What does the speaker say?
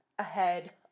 ahead